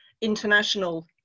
international